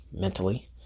mentally